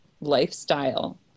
lifestyle